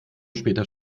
später